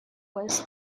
was